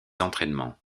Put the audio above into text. entraînements